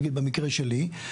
נגיד במקרה שלי.